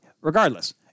Regardless